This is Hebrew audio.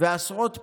ועשרות פצועים.